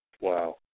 Wow